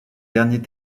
derniers